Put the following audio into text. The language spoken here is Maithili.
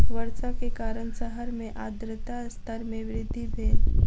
वर्षा के कारण शहर मे आर्द्रता स्तर मे वृद्धि भेल